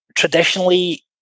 Traditionally